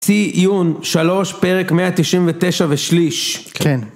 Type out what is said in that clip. צי עיון שלוש, פרק מאה תשעים ותשע ושליש, כן.